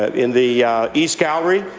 ah in the east gallery,